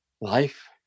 life